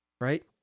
right